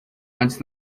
antes